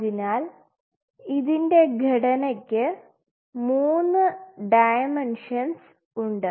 അതിനാൽ ഇതിൻറെ ഘടനക്ക് മൂന്ന് ഡയമെൻഷൻസ് ഉണ്ട്